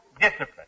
discipline